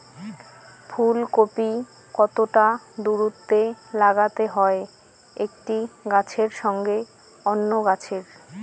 ফুলকপি কতটা দূরত্বে লাগাতে হয় একটি গাছের সঙ্গে অন্য গাছের?